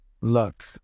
luck